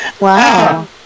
Wow